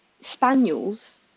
spaniels